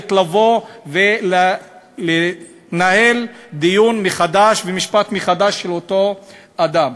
חייבת לבוא ולנהל דיון מחדש ומשפט מחדש של אותו אדם.